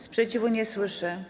Sprzeciwu nie słyszę.